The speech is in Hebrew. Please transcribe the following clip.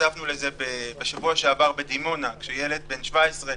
נחשפנו לזה בשבוע שעבר בדימונה כשילד בן 17,